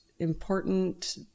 important